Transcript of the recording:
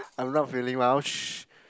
I'm not feeling well sh~